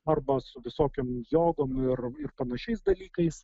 arba su visokiom jogom ir panašiais dalykais